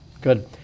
Good